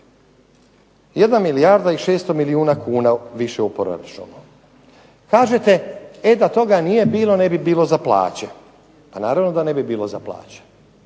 milijarda i 600 milijuna kuna više u proračunu. Kažete, e da toga nije bilo, ne bi bilo za plaće. Pa naravno da ne bi bilo za plaće,